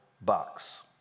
Box